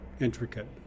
intricate